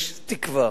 יש תקווה.